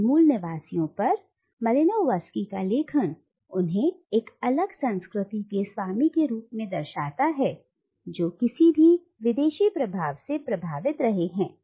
इन मूल निवासियों पर मालिनोवस्की का लेखन उन्हें एक अलग संस्कृति के स्वामी के रूप में दर्शाता है जो किसी भी विदेशी प्रभाव से प्रभावित रहे हैं